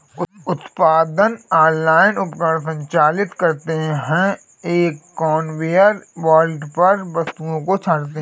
उत्पादन लाइन उपकरण संचालित करते हैं, एक कन्वेयर बेल्ट पर वस्तुओं को छांटते हैं